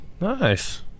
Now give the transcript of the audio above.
Nice